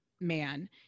man